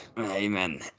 Amen